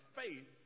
faith